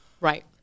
Right